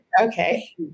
Okay